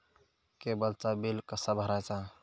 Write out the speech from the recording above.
केबलचा बिल कसा भरायचा?